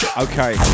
Okay